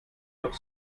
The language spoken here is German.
doch